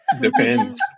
Depends